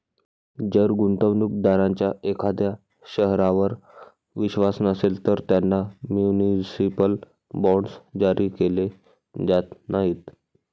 जर गुंतवणूक दारांचा एखाद्या शहरावर विश्वास नसेल, तर त्यांना म्युनिसिपल बॉण्ड्स जारी केले जात नाहीत